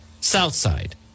Southside